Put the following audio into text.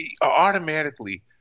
automatically